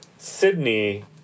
Sydney